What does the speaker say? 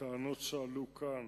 הטענות שעלו כאן,